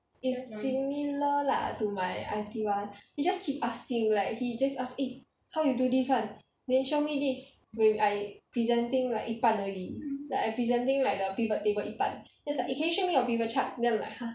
is similar lah to my I_T [one] he just keep asking like he just ask eh how you do this [one] then show me this when I presenting like 一半而已 like I presenting like the pivot table 一半 then it's like eh can you show me your pivot chart then I'm like !huh!